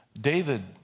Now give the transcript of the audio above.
David